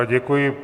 Děkuji.